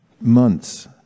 months